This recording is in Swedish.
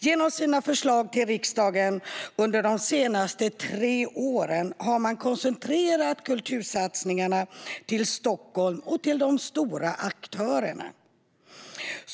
Genom sina förslag till riksdagen under de senaste tre åren har man koncentrerat kultursatsningarna till Stockholm och till de stora aktörerna.